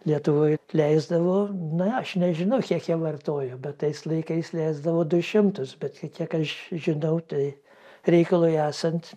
lietuvoj leisdavo na aš nežinau kiek jie vartojo bet tais laikais leisdavo du šimtus bet tai kiek aš žinau tai reikalui esant